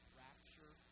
rapture